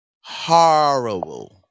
horrible